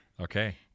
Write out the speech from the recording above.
Okay